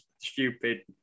stupid